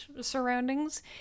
surroundings